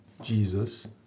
Jesus